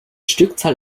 stückzahl